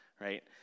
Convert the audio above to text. right